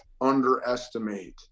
underestimate